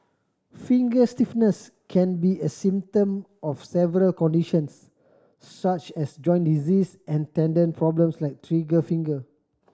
finger stiffness can be a symptom of several conditions such as joint disease and tendon problems like trigger finger